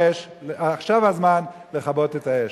עכשיו הזמן לכבות את האש.